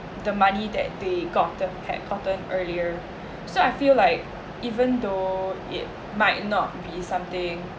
the money that they gotten had gotten earlier so I feel like even though it might not be something